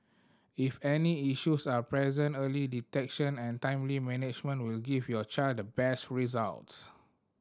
if any issues are present early detection and timely management will give your child the best results